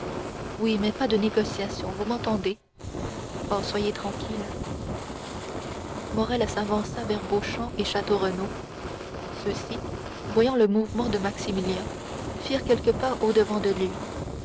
oui mais pas de négociations vous m'entendez oh soyez tranquille morrel s'avança vers beauchamp et château renaud ceux-ci voyant le mouvement de maximilien firent quelques pas au-devant de lui